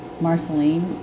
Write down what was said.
Marceline